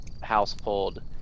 household